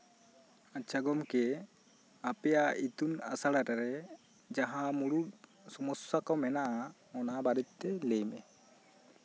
ᱟᱪᱪᱷᱟ ᱜᱚᱢᱠᱮ ᱟᱯᱮᱭᱟᱜ ᱤᱛᱩᱱ ᱟᱥᱲᱟᱨᱮ ᱡᱟᱸᱦᱟ ᱢᱩᱬᱩᱫ ᱥᱚᱢᱚᱥᱥᱟ ᱠᱚ ᱢᱮᱱᱟᱜᱼᱟᱚᱱᱟ ᱵᱟᱨᱮᱛᱮ ᱞᱟᱹᱭ ᱢᱮ